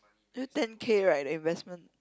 eh ten K right the investment